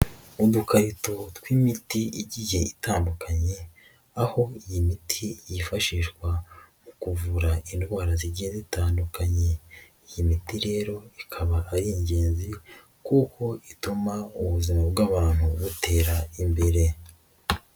Udukarito tw'imiti igiye itandukanye aho iyi miti yifashishwa mu kuvura indwara zigiye zitandukanye, iyi miti rero ikaba ari ingenzi kuko ituma ubuzima bw'abantu butera imbere.